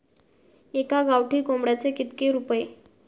एका गावठी कोंबड्याचे कितके रुपये?